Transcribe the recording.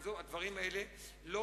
בואו נגמור עם הקטע הזה, כי זה דבר